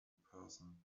person